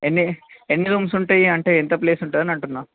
ఎన్ని ఎన్ని రూమ్స్ ఉంటాయి అంటే ఎంత ప్లేస్ ఉంటుంది అని అంటున్నా